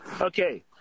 Okay